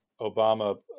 Obama